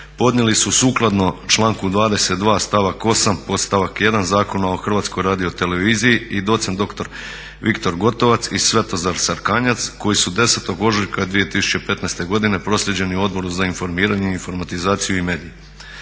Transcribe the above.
podnijeli su sukladno članku 22. stavak 8. podstavak 1 Zakona o Hrvatskoj radioteleviziji i docent doktor Viktor Gotovac i Svetozar Sarkanjac koji su 10. ožujka 2015. proslijeđeni Odboru za informiranje, informatizaciju i medije.